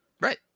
Right